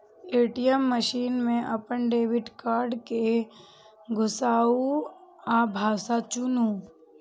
ATM machine मे अपन debit card कें घुसाउ आ भाषा चुनू